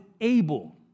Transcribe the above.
able